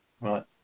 Right